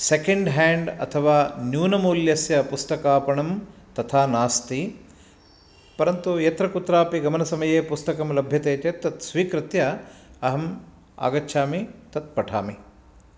second hand अथवा न्यूनमूलस्य पुस्तकापणं तथा नास्ति परन्तु यत्रकुत्रापि गमनसमये पुस्तकं लब्यते चेत् तत् स्वीकृत्य अहं आगच्छामि तत् पठामि